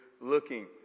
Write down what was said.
looking